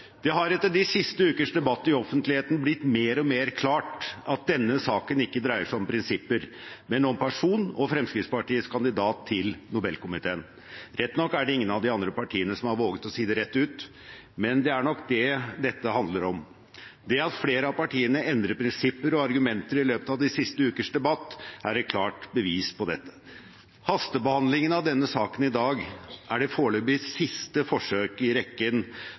Det har etter de siste ukers debatt i offentligheten blitt mer og mer klart at denne saken ikke dreier seg om prinsipper, men om person og Fremskrittspartiets kandidat til Nobelkomiteen. Rett nok er det ingen av de andre partiene som har våget å si dette rett ut, men det er nok det dette handler om. Det at flere av partiene endrer prinsipper og argumenter i løpet av de siste ukers debatt, er et klart bevis på dette. Hastebehandlingen av denne saken i dag er det foreløpig siste forsøket i rekken